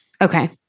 Okay